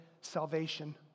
salvation